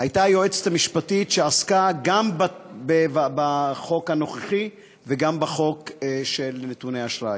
הייתה היועצת המשפטית שעסקה גם בחוק הנוכחי וגם בחוק של נתוני האשראי.